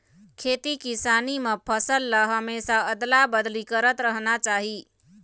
खेती किसानी म फसल ल हमेशा अदला बदली करत रहना चाही